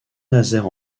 nazaire